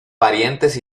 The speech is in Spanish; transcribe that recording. parientes